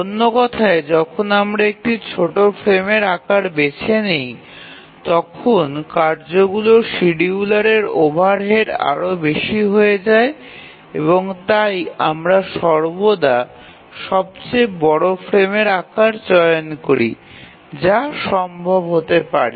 অন্য কথায় যখন আমরা একটি ছোট ফ্রেমের আকার বেছে নিই তখন কার্যগুলির শিডিয়ুলারের ওভারহেড আরও বেশি হয়ে যায় এবং তাই আমরা সর্বদা সবচেয়ে বড় ফ্রেমের আকার চয়ন করি যা সম্ভব হতে পারে